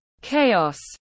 Chaos